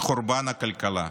חורבן הכלכלה.